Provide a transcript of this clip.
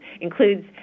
includes